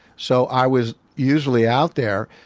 so i was usually out there,